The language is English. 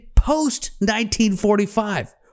post-1945